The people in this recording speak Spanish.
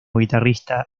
guitarrista